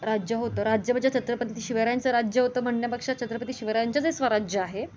राज्य होतं राज्य म्हणजे छत्रपती शिवरायांचं राज्य होतं म्हणण्यापेक्षा छत्रपती शिवरायांचं जे स्वराज्य आहे